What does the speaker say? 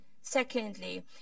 Secondly